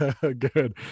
good